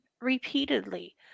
repeatedly